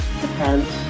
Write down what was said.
Depends